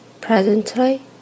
Presently